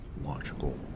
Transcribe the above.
logical